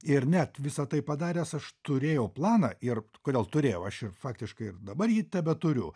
ir net visa tai padaręs aš turėjau planą ir kodėl turėjau aš ir faktiškai ir dabar jį tebeturiu